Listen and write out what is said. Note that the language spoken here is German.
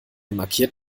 markiert